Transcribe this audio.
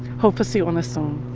hope-fa see onna sone.